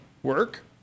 Work